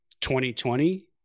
2020